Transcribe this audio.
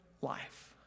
life